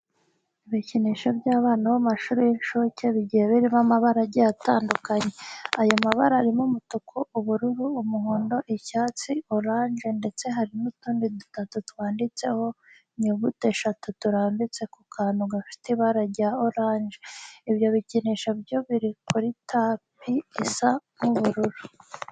Ibikinisho by'abana bo mu mashuri y'inshuke bigiye birimo amabara agiye atandukanye. Ayo mabara arimo umutuku, ubururu, umuhondo, icyatsi, oranje ndetse hari n'utuntu dutatu twanditseho inyuguti eshatu turambitse ku kantu gafite ibara rya oranje. Ibyo bikinisho byo biri kuri tapi isa nk'ubururu.